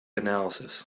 analysis